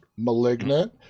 Malignant